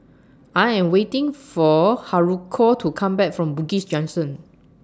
I Am waiting For Haruko to Come Back from Bugis Junction